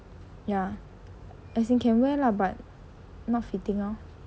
ya as in can wear lah but not fitting lor